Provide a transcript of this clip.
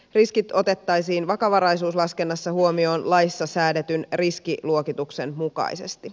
riskit otettaisiin vakavaraisuuslaskennassa huomioon laissa säädetyn riskiluokituksen mukaisesti